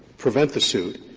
prevent the suit,